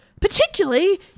Particularly